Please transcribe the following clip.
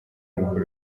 umukuru